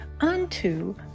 unto